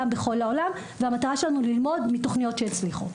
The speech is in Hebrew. גם בכל העולם והמטרה שלנו ללמוד מתוכניות שהצליחו.